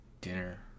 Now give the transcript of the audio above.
dinner